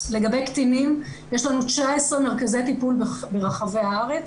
לגבי קטינים יש לנו 19 מרכזי טיפול ברחבי הארץ